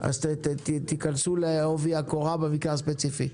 אז תיכנסו בעובי הקורה במקרה הספציפי.